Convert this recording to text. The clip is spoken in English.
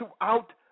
throughout